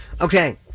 Okay